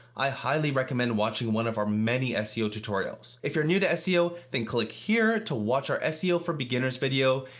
i highly recommend watching one of our many ah seo tutorials. if you're new to seo, then click here to watch our seo for beginners video,